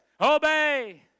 Obey